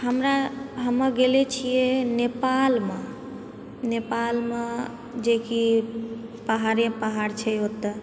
हमरा हम गेल छिए नेपालमे नेपालमे जे कि पहाड़े पहाड़ छै ओतऽ